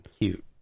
cute